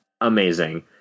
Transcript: amazing